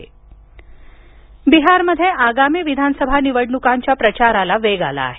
बिहार निवडणूक बिहारमध्ये आगामी विधानसभा निवडणुकांच्या प्रचाराला वेग आला आहे